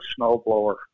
snowblower